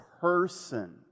person